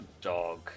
dog